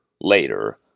later